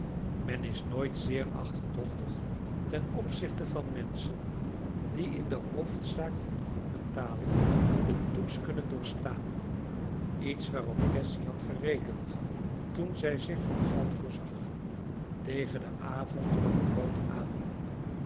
men is nooit zeer achterdochtig ten opzichte van menschen die in de hoofdzaak van goed betalen den toets kunnen doorstaan iets waarop cassy had gerekend toen zij zich van geld voorzag tegen den avond kwam de boot aan